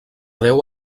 déu